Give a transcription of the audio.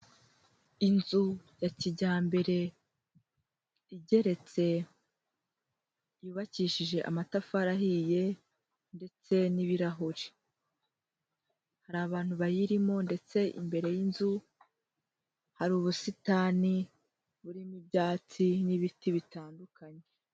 Inzu ya kijyambere igeretse, yubakishije amatafari ahiye ndetse n'ibirahuri, hari abantu bayirimo, ndetse imbere y'inzu hari ubusitani burimo ibyatsi n'ibiti bitandukanye.